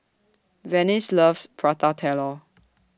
Venice loves Prata Telur